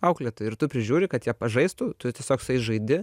auklėtojai ir tu prižiūri kad jie pažaistų tu tiesiog su jais žaidi